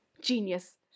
genius